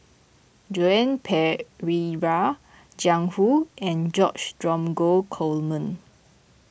Joan Pereira Jiang Hu and George Dromgold Coleman